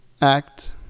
act